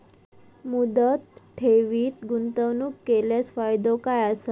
मुदत ठेवीत गुंतवणूक केल्यास फायदो काय आसा?